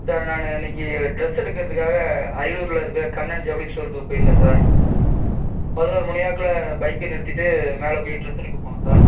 sir நானு இன்னக்கு dress எடுக்கறதுக்காக அரியலூரில் இருக்க கண்ணன் ஜவுளி ஸ்டோர்க்கு போயிருந்தேன் சார் பதினோரு மணி வாக்கில் பைக்கை நிறுத்திட்டு மேலே போய் ட்ரெஸ் எடுக்க போனேன் சார்